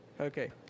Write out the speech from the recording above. Okay